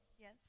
Yes